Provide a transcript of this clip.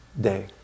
day